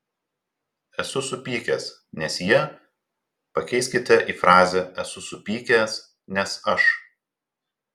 esu supykęs nes jie pakeiskite į frazę esu supykęs nes aš